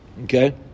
Okay